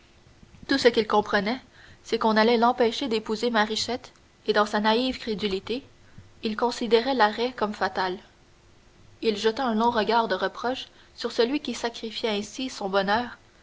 tout ce qu'il comprenait c'est qu'on allait l'empêcher d'épouser marichette et dans sa naïve crédulité il considérait l'arrêt comme fatal il jeta un long regard de reproche sur celui qui sacrifiait ainsi son bonheur